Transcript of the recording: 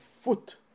foot